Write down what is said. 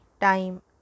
time